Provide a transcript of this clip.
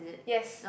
yes